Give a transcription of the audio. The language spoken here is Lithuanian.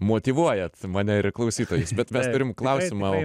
motyvuojat mane ir klausytojus bet mes turim klausimą